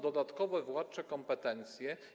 Dodatkowe władcze kompetencje.